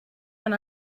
and